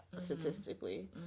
statistically